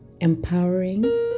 empowering